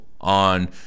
on